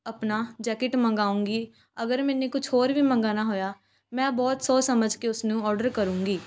ਆਪਣਾ ਜੈਕਿਟ ਮੰਗਾਉਂਗੀ ਅਗਰ ਮੈਨੇ ਕੁਛ ਔਰ ਵੀ ਮੰਗਵਾਉਣਾ ਹੋਇਆ ਮੈਂ ਬਹੁਤ ਸੋਚ ਸਮਝ ਕੇ ਉਸ ਨੂੰ ਔਡਰ ਕਰੂੰਗੀ